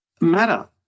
matter